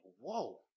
whoa